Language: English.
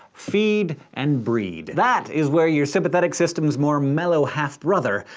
feed and breed. that is where your sympathetic system's more mellow half-brother,